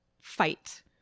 fight